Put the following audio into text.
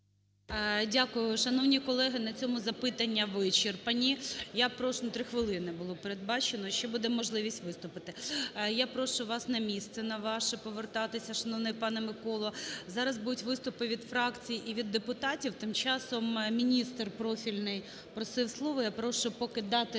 Дякую. Шановні колеги, на цьому запитання вичерпані. 3 хвилини було передбачено, ще буде можливість виступити. Я прошу вас на місце на ваше повертатися, шановний пане Миколо. Зараз будуть виступи від фракцій і від депутатів. Тим часом міністр профільний просив слово. Я прошу поки дати